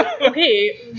Okay